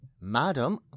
Madam